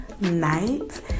night